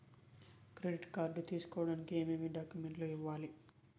credit card తీసుకోడానికి ఏమేమి డాక్యుమెంట్లు ఇవ్వాలి